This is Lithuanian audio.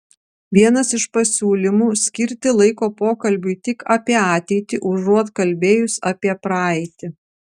vienas iš pasiūlymų skirti laiko pokalbiui tik apie ateitį užuot kalbėjus apie praeitį